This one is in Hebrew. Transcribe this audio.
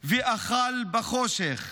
/ ואכל בחֹשׁך